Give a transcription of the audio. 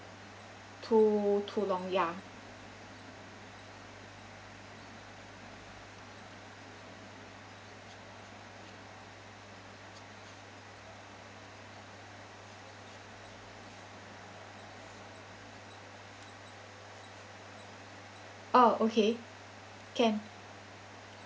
too too long ya oh okay can